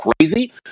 crazy